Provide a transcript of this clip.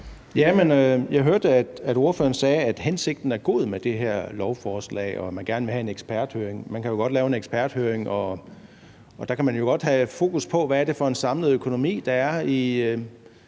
Jeg hørte, at ordføreren sagde, at hensigten med det her lovforslag er god, og at man gerne vil have en eksperthøring. Man kan jo godt lave en eksperthøring, og der kan man godt have fokus på, hvad det er for en samlet økonomi, der er